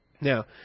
Now